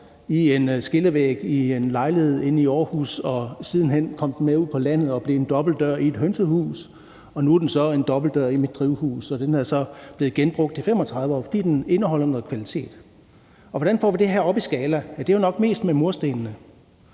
i en skillevæg i en lejlighed inde i Aarhus, og siden hen kom den med ud på landet og blev en dobbeltdør i et hønsehus, og nu er den så en dobbeltdør i mit drivhus, og den er så blevet genbrugt i 35 år, fordi den indeholder noget kvalitet. Hvordan får vi det her op i skala? Ja, det er jo nok mest med murstenene.